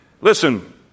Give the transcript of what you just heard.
Listen